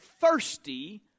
thirsty